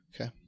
Okay